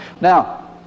now